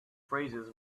phrases